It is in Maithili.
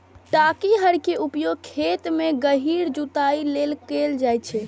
टांकी हर के उपयोग खेत मे गहींर जुताइ लेल कैल जाइ छै